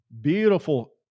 beautiful